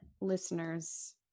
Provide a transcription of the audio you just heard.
listeners